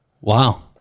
Wow